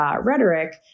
rhetoric